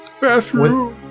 Bathroom